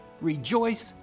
rejoice